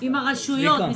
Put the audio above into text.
עם הרשויות המקומיות.